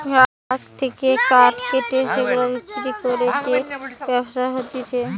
গাছ থেকে কাঠ কেটে সেগুলা বিক্রি করে যে ব্যবসা হতিছে